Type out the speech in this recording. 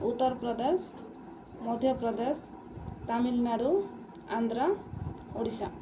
Uttar Pradesh Madhya Pradesh Tamil Nadu Andhra Odisha